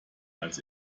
als